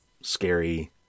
scary